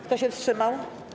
Kto się wstrzymał?